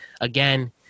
again